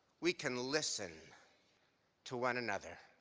we can listen to one another.